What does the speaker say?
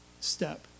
step